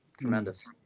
tremendous